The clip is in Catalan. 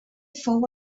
fou